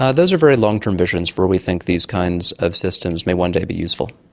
ah those are very long-term visions where we think these kinds of systems may one day be useful.